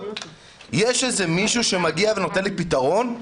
יש מישהו שמגיע ונותן לי פתרון?